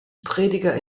prediger